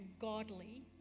godly